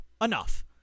Enough